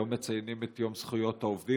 היום מציינים בכנסת את יום זכויות העובדים,